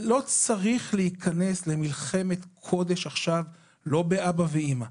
לא צריך להיכנס למלחמת קודש באבא ואימא.